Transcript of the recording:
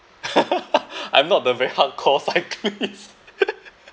I'm not the very hardcore cyclist